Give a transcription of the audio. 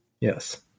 Yes